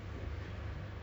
P_S_five